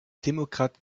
démocrates